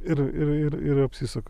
ir ir ir ir apsisuka